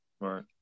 Right